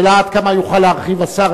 השאלה היא עד כמה יוכל להרחיב השר.